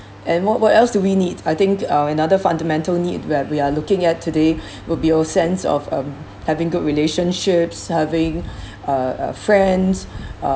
and what what else do we need I think uh another fundamental need where we are looking at today will be a sense of um having good relationships having uh uh friends uh